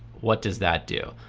what does that do?